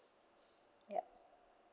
ya